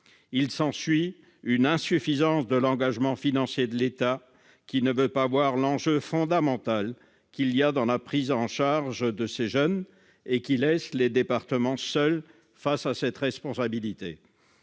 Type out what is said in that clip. Il s'ensuit une insuffisance de l'engagement financier de l'État, lequel ne veut pas voir l'enjeu fondamental que recouvre la prise en charge de ces jeunes et laisse les départements seuls face à cette responsabilité.